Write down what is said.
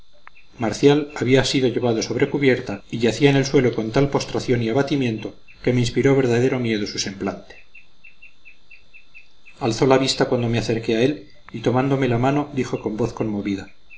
marcial había sido llevado sobre cubierta y yacía en el suelo con tal postración y abatimiento que me inspiró verdadero miedo su semblante alzó la vista cuando me acerqué a él y tomándome la mano dijo con voz conmovida